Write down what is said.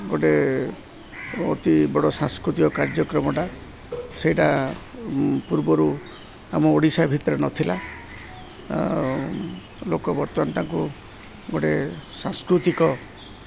ଗୋଟେ ଅତି ବଡ଼ ସାଂସ୍କୃତିକ କାର୍ଯ୍ୟକ୍ରମଟା ସେଇଟା ପୂର୍ବରୁ ଆମ ଓଡ଼ିଶା ଭିତରେ ନଥିଲା ଲୋକ ବର୍ତ୍ତମାନ ତାଙ୍କୁ ଗୋଟେ ସାଂସ୍କୃତିକ